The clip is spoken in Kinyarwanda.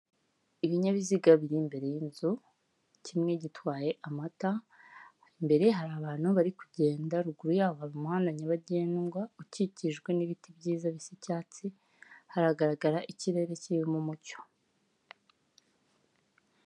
Ibinyabiziga biri imbere y'inzu, kimwe gitwaye amata, imbere hari abantu bari kugenda, ruguru yaho hari umuhanda nyabagendwa ukikijwe n'ibiti byiza bisa icyatsi, haragaragara ikirere kirimo umucyo.